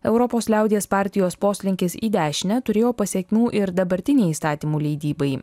europos liaudies partijos poslinkis į dešinę turėjo pasekmių ir dabartinei įstatymų leidybai